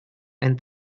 and